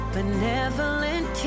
Benevolent